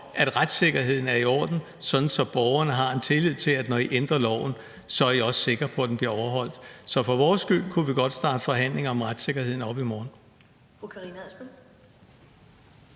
at retssikkerheden er i orden, sådan at borgerne har en tillid til, at når I ændrer loven, er I også sikre på, at den bliver overholdt. Så for vores skyld kunne vi godt starte forhandlinger om retssikkerheden op i morgen.